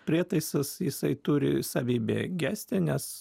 prietaisas jisai turi savybę gesti nes